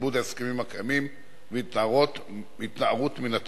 כיבוד ההסכמים הקיימים והתנערות מן טרור.